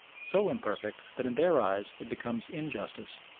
so imperfect that in their eyes it becomes injustice.